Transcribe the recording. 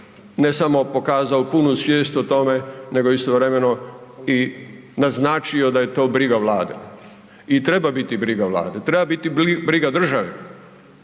ne samo pokazao punu svijest o tome nego istovremeno i naznačio da je to briga vlade i treba biti briga vlade, treba biti briga države